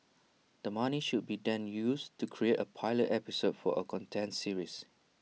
the money should be then used to create A pilot episode for A content series